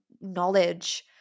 knowledge